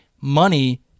Money